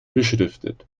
beschriftet